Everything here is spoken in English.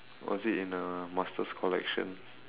was it in a master's collection